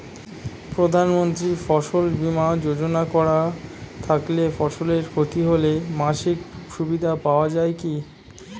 প্রধানমন্ত্রী ফসল বীমা যোজনা করা থাকলে ফসলের ক্ষতি হলে মাসিক সুবিধা পাওয়া য়ায় কি?